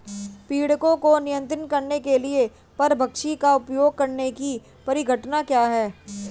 पीड़कों को नियंत्रित करने के लिए परभक्षी का उपयोग करने की परिघटना क्या है?